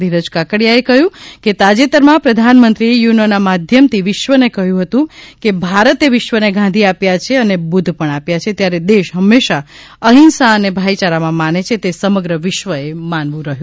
ધીરજ કાકડીયાએ કહ્યું કે તાજેતરમાં પ્રધાનમંત્રીએ યુનોના માધ્યમથી વિશ્વને કહ્યું હતું કે ભારતે વિશ્વને ગાંધી આપ્યા છે અને બુદ્ધ પણ આપ્યા છે ત્યારે દેશ હંમેશા અહિંસાને ભાઈયારામાં માને છે તે સમગ્ર વિશ્વએ માનવું રહ્યું